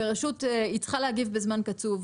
ורשות צריכה להגיב בזמן קצוב,